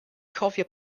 cofio